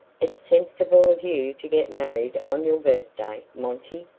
it's sensible of you to get married on your birthday, monty.